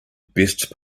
best